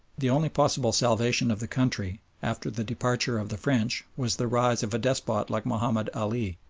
the only possible salvation of the country after the departure of the french was the rise of a despot like mahomed ali.